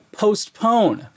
postpone